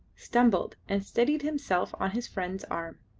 stumbled, and steadied himself on his friend's arm.